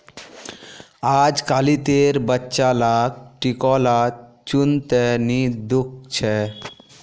अजकालितेर बच्चा लाक टिकोला चुन त नी दख छि